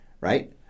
right